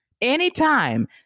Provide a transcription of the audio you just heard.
anytime